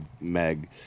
Meg